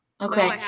Okay